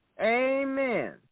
Amen